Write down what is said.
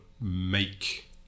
make